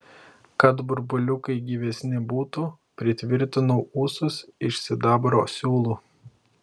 kad burbuliukai gyvesni būtų pritvirtinau ūsus iš sidabro siūlų